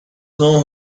know